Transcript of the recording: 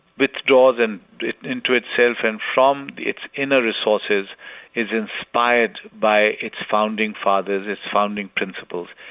withdraws and into itself and from its inner resources is inspired by its founding fathers, its founding principles.